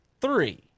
three